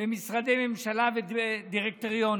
במשרדי הממשלה ובדירקטוריונים.